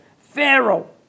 Pharaoh